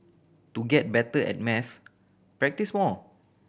to get better at maths practise more